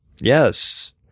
Yes